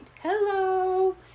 hello